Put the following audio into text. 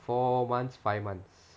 four months five months